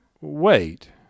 Wait